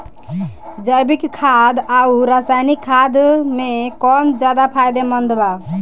जैविक खाद आउर रसायनिक खाद मे कौन ज्यादा फायदेमंद बा?